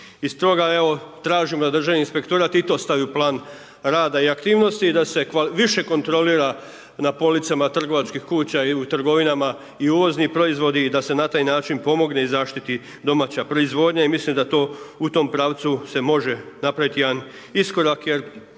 i stoga tražim da državni inspektorat i to stavi u plan rada i aktivnosti i da se više kontrolira na policama trgovačkih kuća i u trgovinama i uvozni proizvodi i da se na taj način pomogne i zaštiti domaća proizvodnja i mislim da to u tom pravcu se može napraviti jedan iskorak,